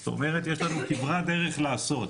זאת אומרת יש לנו כברת דרך לעשות,